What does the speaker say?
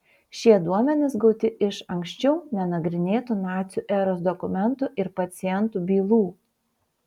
šie duomenys gauti iš anksčiau nenagrinėtų nacių eros dokumentų ir pacientų bylų